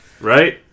Right